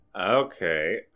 Okay